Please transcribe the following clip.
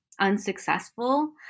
unsuccessful